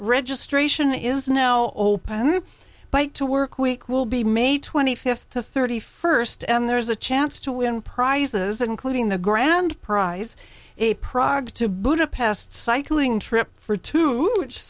registration is now open to bike to work week will be may twenty fifth to thirty first and there's a chance to win prizes including the grand prize a project to budapest cycling trip for two